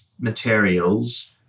materials